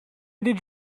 did